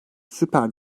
süper